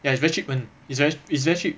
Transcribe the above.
ya it's very cheap [one] it's is very cheap